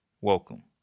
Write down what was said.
welcome